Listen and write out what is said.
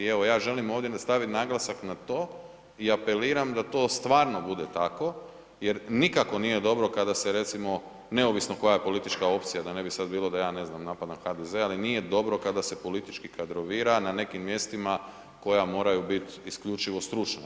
I evo ja želim ovdje staviti naglasak na to i apeliram da to stvarno bude tako jer nikako nije dobro kada se, recimo neovisno koja politička opcija, da ne bi sad bilo da ja, ne znam, napadam HDZ, ali nije dobro kada se politički kadrovira na nekim mjestima koja moraju biti isključivo stručna.